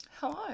Hello